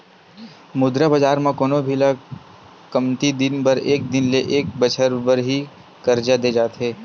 मुद्रा बजार म कोनो भी ल कमती दिन बर एक दिन ले एक बछर बर ही करजा देय जाथे